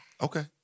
Okay